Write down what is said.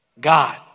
God